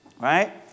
right